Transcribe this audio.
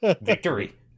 Victory